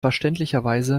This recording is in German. verständlicherweise